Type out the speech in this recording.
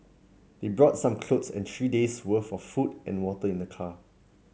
they brought some clothes and three days' worth of food and water in the car